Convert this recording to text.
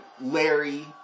Larry